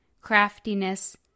craftiness